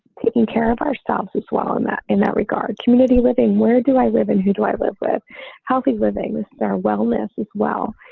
taking care of ourselves as well in that, in that regard, community living, where do i live in. who do i live with healthy living with our wellness as well.